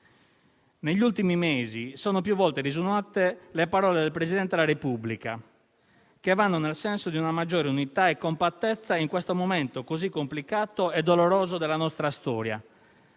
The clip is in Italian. Negli ultimi mesi sono più volte risuonate le parole del Presidente della Repubblica, che vanno nel senso di una maggiore unità e compattezza in questo momento così complicato e doloroso della nostra storia.